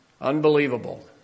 unbelievable